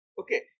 okay